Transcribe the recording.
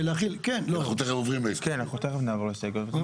אנחנו תכף נעבור להסתייגויות.